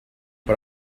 but